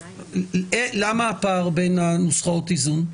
למה הפער בין נוסחאות האיזון?